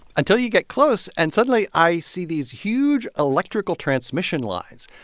until you get close. and, suddenly, i see these huge electrical transmission lines.